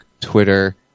Twitter